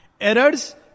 Errors